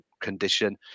condition